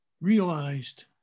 realized